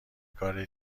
کار